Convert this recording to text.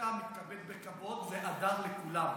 אתה מתנהג בכבוד והדר לכולם,